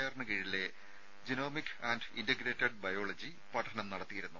ആറിന് കീഴിലെ genomic and integrated biology പഠനം നടത്തിയിരുന്നു